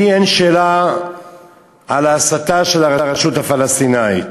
לי אין שאלה על ההסתה של הרשות הפלסטינית